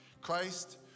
Christ